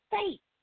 faith